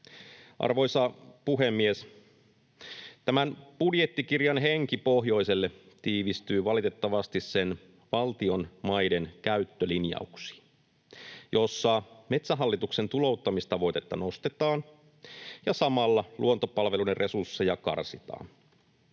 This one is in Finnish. Arvoisa puhemies! Tämän budjettikirjan henki pohjoiselle tiivistyy valitettavasti sen valtion maiden käyttölinjauksiin, joissa Metsähallituksen tulouttamistavoitetta nostetaan ja samalla Luontopalveluiden resursseja karsitaan.